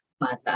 mata